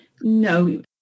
No